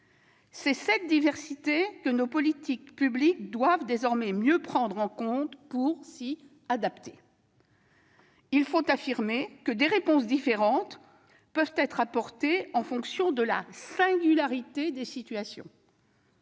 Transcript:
C'est cette diversité que nos politiques publiques doivent désormais mieux prendre en compte pour s'y adapter. Il faut affirmer que des réponses différentes peuvent être apportées en fonction de la singularité des situations.